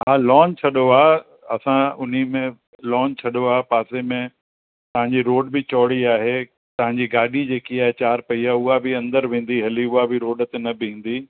हा लोन छॾो हा असां उनमें लोन छॾो आहे पासे में तव्हांजी रोड बि चौड़ी आहे तव्हांजी गाॾी जेकी आहे चारि पहिया उहा बि अंदरि वेंदी हली उहा बि रोड ते न बिहंदी